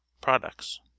products